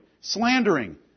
Slandering